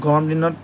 গৰম দিনত